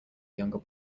younger